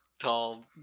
tall